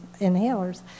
inhalers